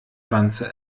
wanze